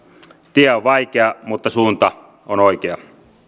tie on vaikea mutta suunta on oikea